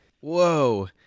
Whoa